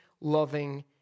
loving